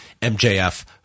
MJF